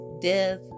death